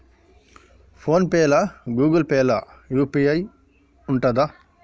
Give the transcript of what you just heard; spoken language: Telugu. ఫోన్ పే లా గూగుల్ పే లా యూ.పీ.ఐ ఉంటదా?